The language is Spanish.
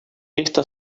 esta